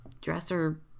dresser